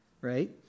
right